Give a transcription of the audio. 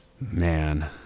man